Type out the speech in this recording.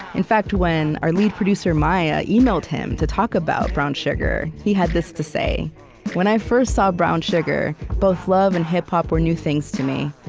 in fact, when our lead producer maia emailed him to talk about brown sugar, he had this to say when i first saw brown sugar, both love and hip-hop were new things to me.